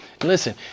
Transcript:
Listen